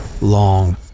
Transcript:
long